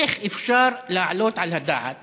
איך אפשר להעלות על הדעת